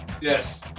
Yes